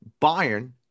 Bayern